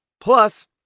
Plus